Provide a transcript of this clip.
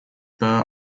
burr